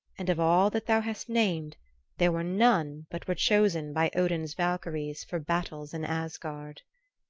and of all that thou hast named there were none but were chosen by odin's valkyries for battles in asgard.